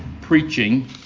preaching